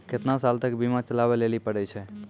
केतना साल तक बीमा चलाबै लेली पड़ै छै?